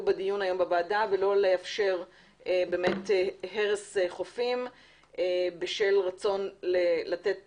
בדיון היום בוועדה ולא לאפשר הרס חופים בשל רצון לתת